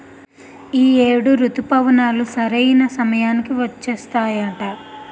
ఈ ఏడు రుతుపవనాలు సరైన సమయానికి వచ్చేత్తాయట